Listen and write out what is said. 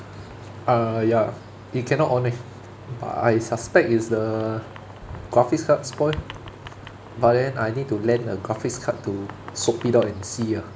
uh ya it cannot on eh but I suspect it's the graphics card spoil but then I need to lend a graphics card to swap it out and see ah